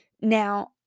Now